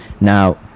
Now